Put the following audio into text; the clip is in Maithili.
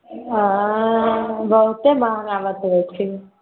बहुते महंगा बतबै छी